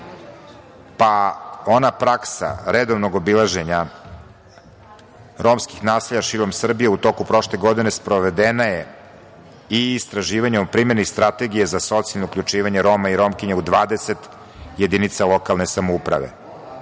pa ona praksa redovnog obilaženja romskih naselja širom Srbije. U toku prošle godine sprovedeno je i istraživanje o primeni Strategije za socijalno uključivanje Roma i Romkinja u 20 jedinica lokalne samouprave. Na